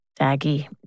daggy